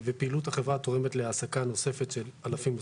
ופעילות החברה תורמת להעסקה נוספת של אלפים נוספים.